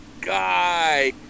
guy